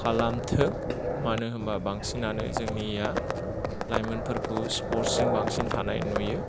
खालामथो मानो होनबा बांसिनानो जोंनिया लाइमोनफोरखौ स्पर्टसजों बांसिन थानाय नुयो